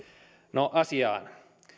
no asiaan